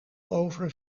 over